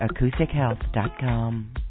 AcousticHealth.com